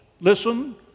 Listen